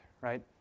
right